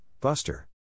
Buster